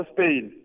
Spain